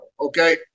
okay